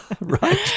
right